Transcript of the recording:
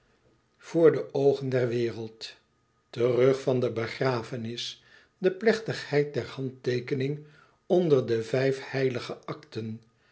voor de oogen der wereld terug van de begrafenis de plechtigheid der handteekening onder de vijf heilige akten